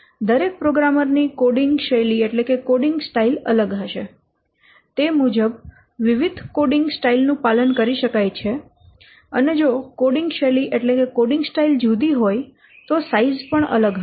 દરેક પ્રોગ્રામર ની કોડિંગ શૈલી અલગ હશે તે મુજબ વિવિધ કોડિંગ શૈલીઓ નું પાલન કરી શકાય છે અને જો કોડિંગ શૈલી જુદી હોય તો સાઈઝ પણ અલગ હશે